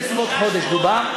בסביבות חודש דובּר.